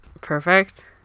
Perfect